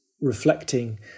reflecting